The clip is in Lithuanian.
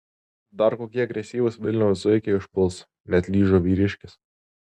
dar kokie agresyvūs vilniaus zuikiai užpuls neatlyžo vyriškis